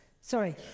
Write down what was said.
sorry